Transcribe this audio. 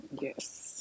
yes